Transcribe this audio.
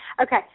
Okay